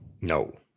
no